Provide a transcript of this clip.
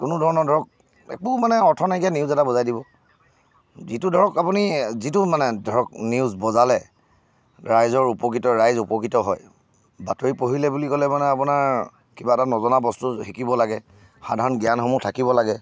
কোনো ধৰণৰ ধৰক একো মানে অৰ্থ নাইকিয়া নিউজ এটা বজাই দিব যিটো ধৰক আপুনি যিটো মানে ধৰক নিউজ বজালে ৰাইজৰ উপকৃত ৰাইজ উপকৃত হয় বাতৰি পঢ়িলে বুলি ক'লে মানে আপোনাৰ কিবা এটা নজনা বস্তু শিকিব লাগে সাধাৰণ জ্ঞানসমূহ থাকিব লাগে